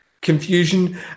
confusion